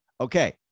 okay